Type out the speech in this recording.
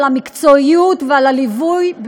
על המקצועיות ועל הליווי,